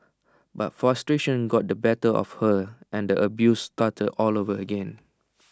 but frustration got the better of her and the abuse started all over again